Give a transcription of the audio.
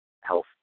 health